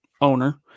owner